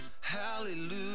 hallelujah